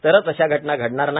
तरच अशा घटना घडणार नाही